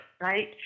right